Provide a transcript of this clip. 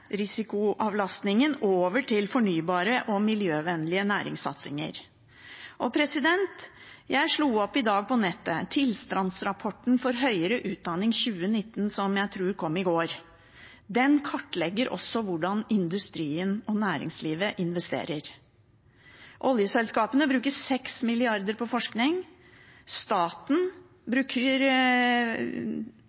risikoavlastningen over til fornybare og miljøvennlige næringssatsinger. Jeg slo i dag opp på nettet for å lese «Tilstandsrapport for høyere utdanning 2019», som jeg tror kom i går. Den kartlegger også hvordan industrien og næringslivet investerer. Oljeselskapene bruker 6 mrd. kr på forskning. Staten